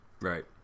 Right